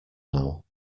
now